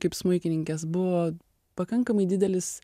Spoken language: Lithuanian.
kaip smuikininkės buvo pakankamai didelis